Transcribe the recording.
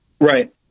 Right